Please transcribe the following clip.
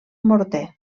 morter